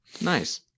Nice